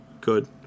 good